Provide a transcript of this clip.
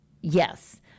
Yes